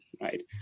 right